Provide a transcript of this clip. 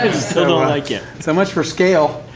like yeah so much for scale.